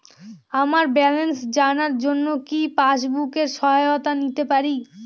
আমার ব্যালেন্স জানার জন্য কি পাসবুকের সহায়তা নিতে পারি?